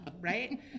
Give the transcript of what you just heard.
Right